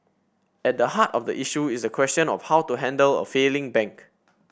at the heart of the issue is the question of how to handle a failing bank